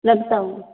रखता हूँ